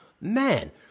Man